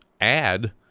add